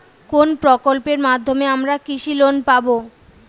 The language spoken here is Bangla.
কোন প্রকল্পের মাধ্যমে আমরা কৃষি লোন পাবো?